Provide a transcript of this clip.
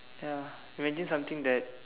ya imagine something that